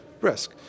risk